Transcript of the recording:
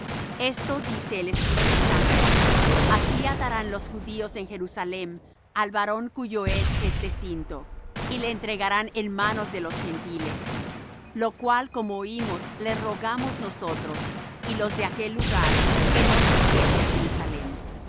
esto dice el espíritu santo así atarán los judíos en jerusalem al varón cuyo es este cinto y le entregarán en manos de los gentiles lo cual como oímos le rogamos nosotros y los de aquel lugar que no subiese á jerusalem